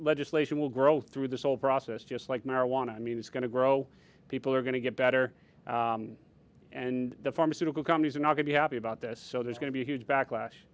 legislation will grow through this whole process just like marijuana i mean it's going to grow people are going to get better and the pharmaceutical companies are not going to happy about this so there's going to be a huge backlash